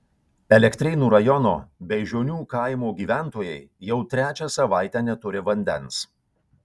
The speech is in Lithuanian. elektrėnų rajono beižionių kaimo gyventojai jau trečią savaitę neturi vandens